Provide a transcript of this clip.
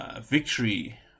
Victory